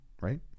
right